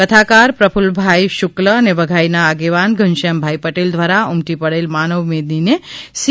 કથાકાર પ્રકુલ્લ ભાઈ શુક્લ અને વઘઈ ના આગેવાન ઘનશ્યામ ભાઈ પટેલ દ્વારા ઉમટી પડેલ માનવ મેદની ને સી